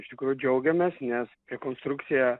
iš tikrųjų džiaugiamės nes rekonstrukcija